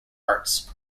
arts